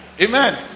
Amen